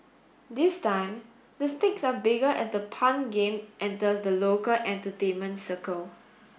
this time the stakes are bigger as the pun game enters the local entertainment circle